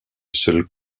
seul